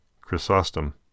Chrysostom